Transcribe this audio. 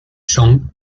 son